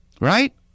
right